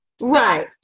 Right